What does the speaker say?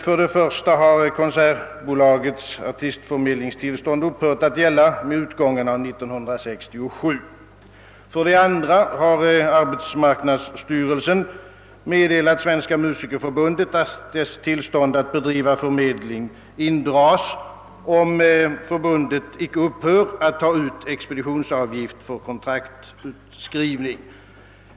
För det första har Konsertbolagets artistförmedlingstillstånd upphört att gälla med utgången av 1967. För det andra har arbetsmarknadsstyrelsen meddelat Svenska musikerförbundet att dess tillstånd att bedriva förmedling indrages, om förbundet icke upphör att ta ut expeditionsavgift för kontrakiutskrivning.